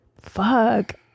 Fuck